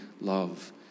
love